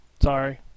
sorry